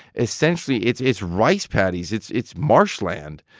essentially, it's it's rice paddies. it's it's marsh land.